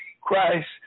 Christ